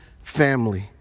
family